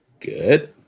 Good